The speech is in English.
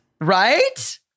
Right